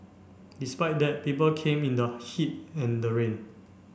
despite that people came in the heat and the rain